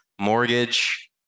Mortgage